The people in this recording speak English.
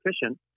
efficient